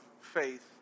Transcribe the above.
faith